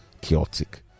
chaotic